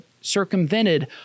circumvented